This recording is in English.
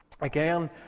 Again